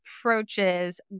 approaches